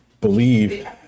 believe